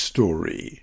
Story